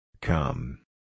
Come